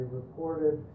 reported